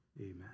amen